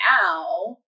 now